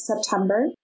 September